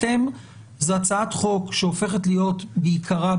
זו הצעת חוק שהופכת להיות בעיקרה,